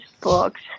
books